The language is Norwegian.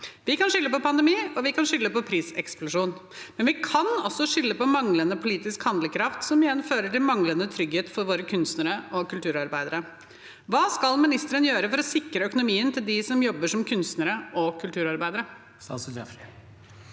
Vi kan skylde på pandemi, og vi kan skylde på priseksplosjon. Men vi kan også skylde på manglende politisk handlekraft, som igjen fører til manglende trygghet for våre kunstnere og kulturarbeidere. Hva skal ministeren gjøre for å sikre økonomien til dem som jobber som kunstnere og kulturarbeidere?